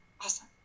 awesome